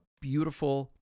beautiful